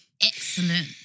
excellent